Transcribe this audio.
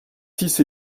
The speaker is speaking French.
six